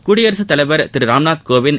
குடியரசுத் தலைவர் திரு ராம்நாத் கோவிந்த்